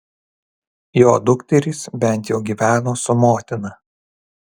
jo dukterys bent jau gyveno su motina